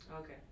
Okay